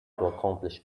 accomplish